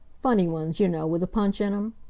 funny ones, you know, with a punch in em.